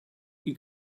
you